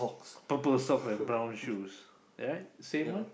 purple socks and brown shoes right same one